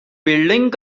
building